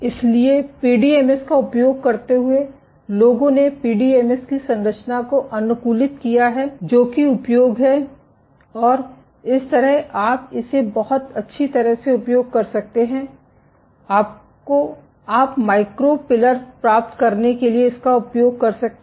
इसलिए पीडीएमएस का उपयोग करते हुए लोगों ने पीडीएमएस की संरचना को अनुकूलित किया है जो कि उपयोग है और इस तरह आप इसे बहुत अच्छी तरह से उपयोग कर सकते हैं आप माइक्रो पिलर प्राप्त करने के लिए इसका उपयोग कर सकते हैं